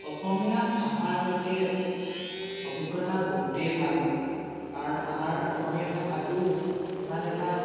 অসমীয়া ভাষাৰ সৈতে অভিজ্ঞতা বহুতেই ভাল মোৰ কাৰণ আমাৰ অসমীয়া ভাষাটো ইমান এটা